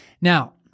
Now